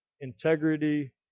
integrity